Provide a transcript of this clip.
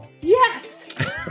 Yes